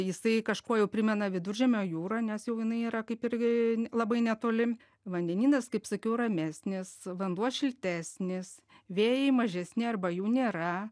jisai kažkuo jau primena viduržemio jūrą nes jau jinai yra kaip irgi labai netoli vandenynas kaip sakiau ramesnis vanduo šiltesnis vėjai mažesni arba jų nėra